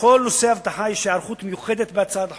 לכל נושא האבטחה יש היערכות מיוחדת בהצעת החוק,